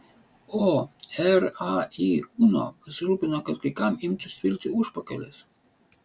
o rai uno pasirūpino kad kai kam imtų svilti užpakalis